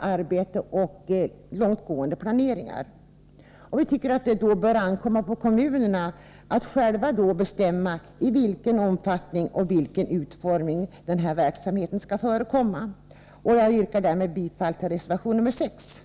arbete och långtgående planeringar. Det bör ankomma på kommunerna att själva bestämma i vilken omfattning och utformning denna verksamhet skall förekomma. Jag yrkar därför bifall till reservation 6.